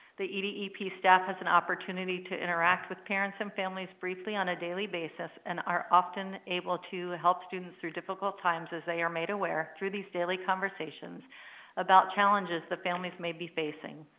the edep staff has an opportunity to interact with parents and families briefly on a daily basis and are often able to help students through difficult times as they are made aware through these daily conversations about challenges the families may be facing.